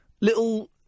little